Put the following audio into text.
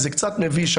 זה קצת מביש.